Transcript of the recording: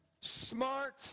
smart